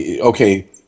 okay